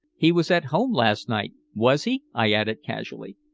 he was at home last night, was he? i added casually.